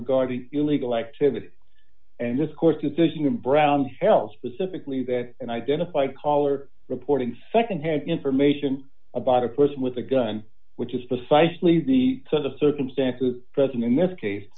regarding illegal activity and this court's decision in brown held specifically that identify color reporting secondhand information about a person with a gun which is precisely the sort of circumstances present in this case